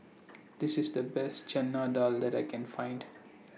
This IS The Best Chana Dal that I Can Find